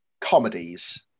comedies